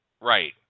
Right